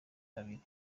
kabiri